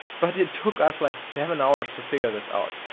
but it took us like seven hours to figure this out.